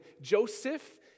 Joseph